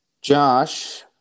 Josh